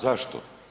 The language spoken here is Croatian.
Zašto?